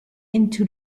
into